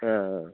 ஆ ஆ